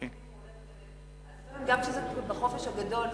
גם כשזה בחופש הגדול,